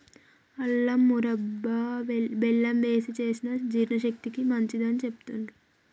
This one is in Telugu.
అల్లం మురబ్భ బెల్లం వేశి చేసిన జీర్ణశక్తికి మంచిదని చెబుతాండ్రు